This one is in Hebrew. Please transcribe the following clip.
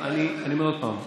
אני אומר עוד פעם.